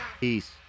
Peace